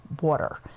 water